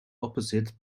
opposite